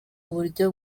uburyo